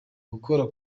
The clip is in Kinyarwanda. gukora